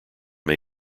may